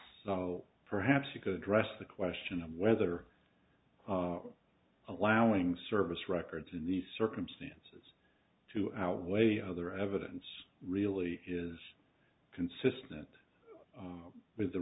so perhaps you could address the question of whether allowing service records in these circumstances to outweigh other evidence really is consistent with the